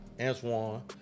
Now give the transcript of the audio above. Antoine